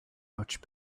much